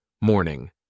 morning